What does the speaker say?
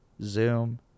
zoom